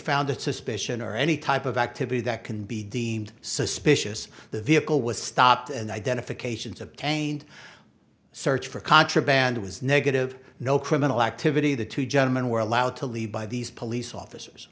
founded suspicion or any type of activity that can be deemed suspicious the vehicle was stopped and identifications obtained search for contraband was negative no criminal activity the two gentlemen were allowed to leave by these police officers